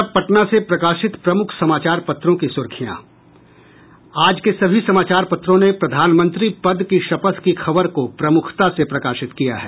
अब पटना से प्रकाशित प्रमुख समाचार पत्रों की सुर्खियां आज के सभी समाचार पत्रों ने प्रधानमंत्री पद की शपथ की खबर को प्रमुखता से प्रकाशित किया है